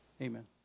Amen